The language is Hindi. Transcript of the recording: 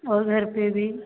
और घर पर भी